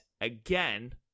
again